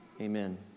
Amen